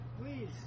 Please